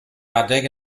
adeg